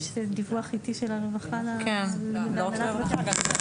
יש דיווח איטי של הרווחה להנהלת בתי המשפט.